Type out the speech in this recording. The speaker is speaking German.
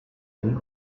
line